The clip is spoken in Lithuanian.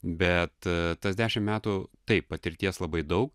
bet tas dešimt metų taip patirties labai daug